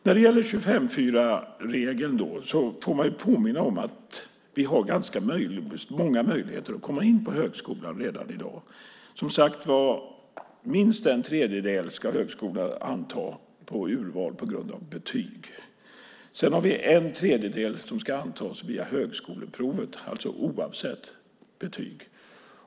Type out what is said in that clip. När det gäller 25:4-regeln får man påminna om att vi har ganska många möjligheter att komma in på högskolan redan i dag. Som sagt var: Minst en tredjedel ska högskolorna anta på urval på grund av betyg. Sedan har vi en tredjedel som ska antas via högskoleprovet, alltså oavsett betyg.